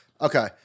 Okay